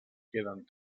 queden